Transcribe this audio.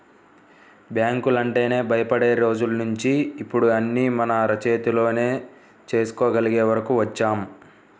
బ్యాంకులంటేనే భయపడే రోజుల్నించి ఇప్పుడు అన్నీ మన అరచేతిలోనే చేసుకోగలిగే వరకు వచ్చాం